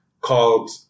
called